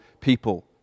people